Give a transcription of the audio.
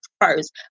first